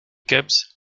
cubs